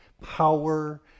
power